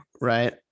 right